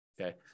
Okay